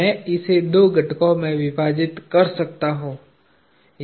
मैं इसे दो घटकों में विभाजित कर सकता हूं